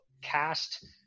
cast